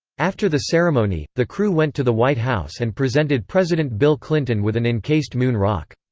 after the ceremony, the crew went to the white house and presented president bill clinton with an encased moon rock.